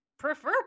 prefer